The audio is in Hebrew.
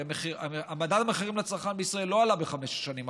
הרי מדד המחירים לצרכן בישראל לא עלה בחמש השנים האחרונות.